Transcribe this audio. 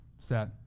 set